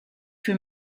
für